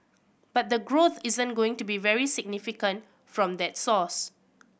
but the growth isn't going to be very significant from that source